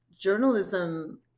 journalism